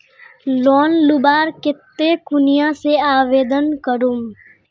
Loan लुबार केते कुनियाँ से आवेदन करूम?